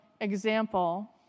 example